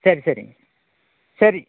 சரி சரிங் சரி